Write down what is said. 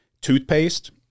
toothpaste